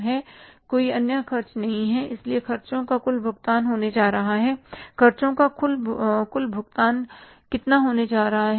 कोई अन्य खर्च नहीं है इसलिए खर्चों का कुल भुगतान होने जा रहा है खर्चों का कुल भुगतान कितना होने वाला है